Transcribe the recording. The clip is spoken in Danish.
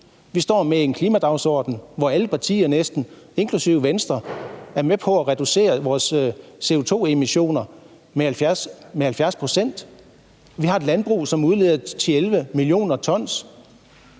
Vi står med en klimadagsorden, hvor næsten alle partier, inklusive Venstre, er med på at reducere vores CO2-emissioner med 70 pct. Vi har et landbrug, som udleder 10-11 mio. t,